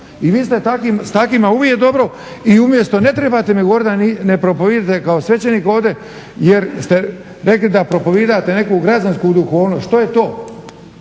i vi ste s takvima uvijek dobro i umjesto, ne trebate mi govoriti da ne propovijedate kao svećenik ovdje, jer ste rekli da propovijedate neku građansku duhovnost. Što je to?